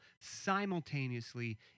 simultaneously